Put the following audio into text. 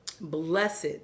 Blessed